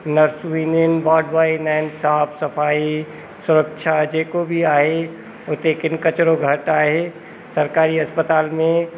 nurse बि ईंदी आहिनि वॉर्ड बॉय ईंदा आहिनि साफ़ु सफ़ाई सुरक्षा जेको बि आहे उते किन कचरो घटि आहे सरकारी अस्पताल में